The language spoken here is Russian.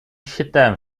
считаем